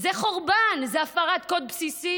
זה חורבן, זו הפרת קוד בסיסי